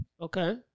Okay